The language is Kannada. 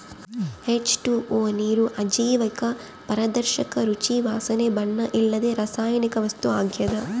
ಹೆಚ್.ಟು.ಓ ನೀರು ಅಜೈವಿಕ ಪಾರದರ್ಶಕ ರುಚಿ ವಾಸನೆ ಬಣ್ಣ ಇಲ್ಲದ ರಾಸಾಯನಿಕ ವಸ್ತು ಆಗ್ಯದ